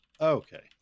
okay